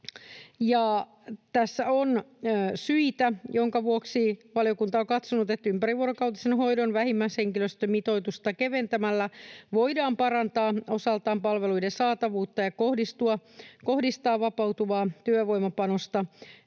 Tässä on syitä, jonka vuoksi valiokunta on katsonut, että ympärivuorokautisen hoidon vähimmäishenkilöstömitoitusta keventämällä voidaan parantaa osaltaan palveluiden saatavuutta ja kohdistaa vapautuvaa työvoimapanosta